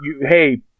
hey